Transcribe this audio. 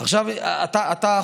בעת הזאת, שקראתם לה שעת